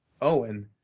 Owen